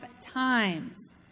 times